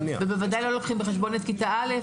הם בוודאי לא לוקחים בחשבון את כתה א',